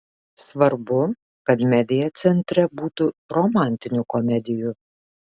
svarbu kad media centre būtų romantinių komedijų